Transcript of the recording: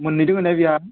मोननै दोङो ना बिहा